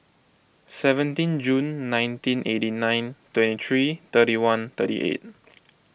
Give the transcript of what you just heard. seventeen June nineteen eighty nine twenty three thirty one thirty eight